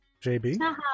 JB